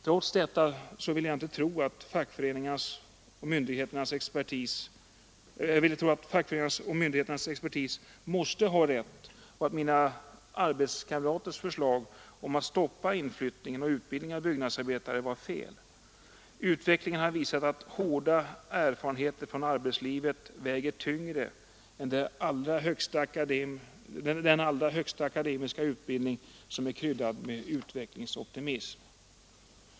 Trots detta ville jag tro att fackföreningarnas och myndigheternas expertis måste ha rätt och att mina arbetskamraters förslag om att stoppa inflyttningen och utbildningen av byggnadsarbetare var fel. Utvecklingen har visat att hårda erfarenheter från arbetslivet väger tyngre än den allra högsta akademiska utbildning som är kryddad med utvecklingsoptimism.